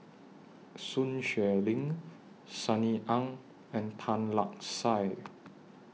Sun Xueling Sunny Ang and Tan Lark Sye